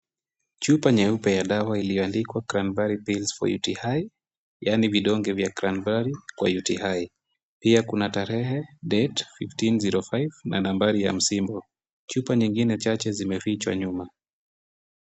Chupa nyeupe ya dawa iliyoandikwa Cranvari pills for UTI yaani vidonge vya Cranvari kwa UTI.Pia kuna tarehe date 1505 na nambari ya msimbo. Chupa zingine chache zimefichwa nyuma.